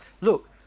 look